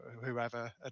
whoever